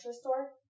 store